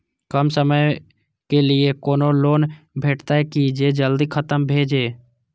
कम समय के लीये कोनो लोन भेटतै की जे जल्दी खत्म भे जे?